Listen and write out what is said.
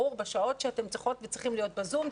בשעות שאתם צריכות וצריכים להיות ב-זום,